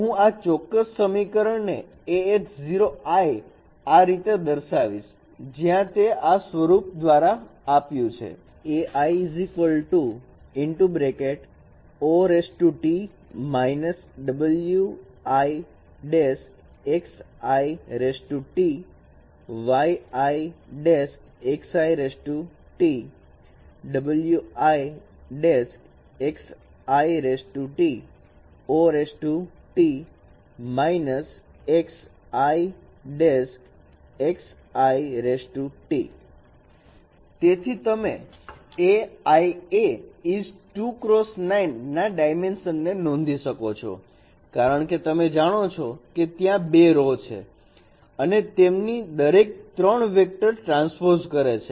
તો હું આ ચોક્કસ આ સમીકરણને A h 0 i આ રીતે દર્શાવીશ જ્યાં તે આ સ્વરૂપ દ્વારા અપાયું છે તેથી તમે A Ai is 2 x 9 ના ડાયમેન્શન ને નોંધી શકો છોકારણકે તમે જાણો છો કે ત્યાં બે રો છે અને તેમની દરેક 3 વેક્ટર ટ્રાન્સપોઝ કરે છે